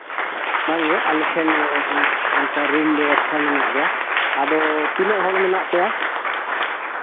ᱵᱟᱝᱜᱮ ᱟᱞᱮ ᱴᱷᱮᱱ ᱚᱱᱠᱟ ᱨᱩᱢ ᱵᱮᱵᱚᱥᱛᱷᱟ ᱢᱮᱱᱟᱜ ᱜᱮᱭᱟ ᱟᱫᱚ ᱛᱤᱱᱟᱹᱜ ᱦᱚᱲ ᱢᱮᱱᱟᱜ ᱯᱮᱭᱟ